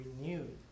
renewed